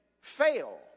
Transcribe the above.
fail